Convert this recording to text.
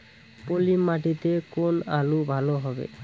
পলি মাটিতে কোন আলু ভালো হবে?